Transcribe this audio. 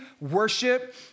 worship